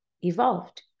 evolved